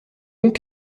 donc